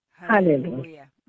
Hallelujah